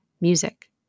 Music